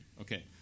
Okay